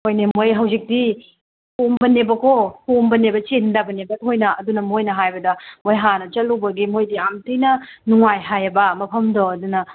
ꯍꯣꯏꯅꯦ ꯃꯣꯏ ꯍꯧꯖꯤꯛꯇꯤ ꯀꯣꯝꯕꯅꯦꯕꯀꯣ ꯀꯣꯝꯕꯅꯦꯕ ꯆꯤꯟꯗꯕꯅꯦꯕ ꯊꯣꯏꯅ ꯑꯗꯨꯅ ꯃꯣꯏꯅ ꯍꯥꯏꯕꯗ ꯃꯣꯏ ꯍꯥꯟꯅ ꯆꯠꯂꯨꯕꯒꯤ ꯃꯣꯏꯗꯤ ꯌꯥꯝ ꯊꯤꯅ ꯅꯨꯡꯉꯥꯏ ꯍꯥꯏꯌꯦꯕ ꯃꯐꯝꯗꯣ ꯑꯗꯨꯅ